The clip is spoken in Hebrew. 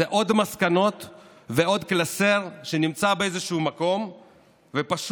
זה עוד מסקנות ועוד קלסר שנמצא באיזה שהוא מקום ופשוט